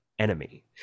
enemy